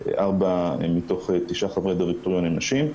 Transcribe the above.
שארבע מתוך תשעת חברי דירקטוריון הן נשים.